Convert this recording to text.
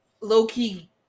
low-key